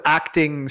acting